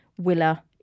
Willa